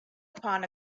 upon